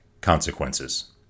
consequences